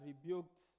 rebuked